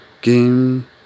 Game